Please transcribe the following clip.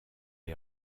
est